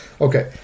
Okay